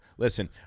Listen